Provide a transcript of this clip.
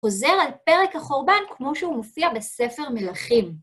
חוזר על פרק החורבן כמו שהוא מופיע בספר מלכים.